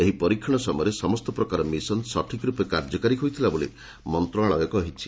ଏହି ପରୀକ୍ଷଣ ସମୟରେ ସମସ୍ତ ପ୍ରକାର ମିଶନ ସଠିକ୍ ରୂପେ କାର୍ଯ୍ୟକାରୀ ହୋଇଥିଲା ବୋଲି ମନ୍ତ୍ରଶାଳୟ କହିଛି